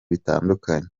bitandukanye